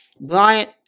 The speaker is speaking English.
Bryant